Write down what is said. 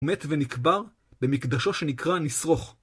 מת ונקבר במקדשו שנקרא נשרוך.